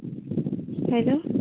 hello